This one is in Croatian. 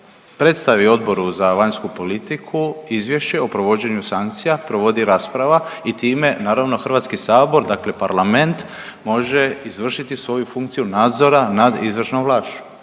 predstavi Odboru za vanjsku politiku Izvješće o provođenju sankcija provodi rasprava i time naravno Hrvatski sabor, dakle Parlament može izvršiti svoju funkciju nadzora nad izvršnom vlašću.